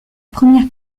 première